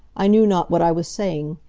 i knew not what i was saying.